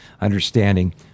understanding